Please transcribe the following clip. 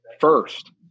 first